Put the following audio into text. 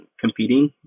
competing